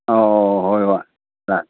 ꯑꯧ ꯍꯣꯏ ꯍꯣꯏ